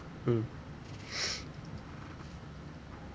mm